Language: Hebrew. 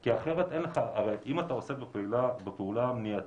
אם אתה עושה פעולה מניעתית,